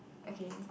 okay